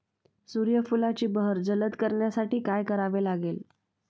सूर्यफुलाची बहर जलद करण्यासाठी काय करावे लागेल?